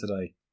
today